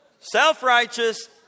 Self-righteous